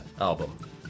album